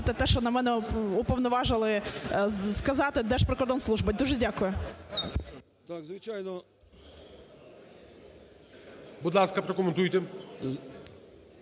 Будь ласка, прокоментуйте.